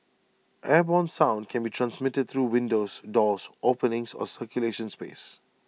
airborne sound can be transmitted through windows doors openings or circulation space